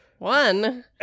One